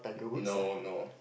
no no